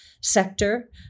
sector